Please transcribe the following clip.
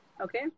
Okay